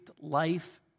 life